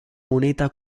moneta